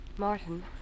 Martin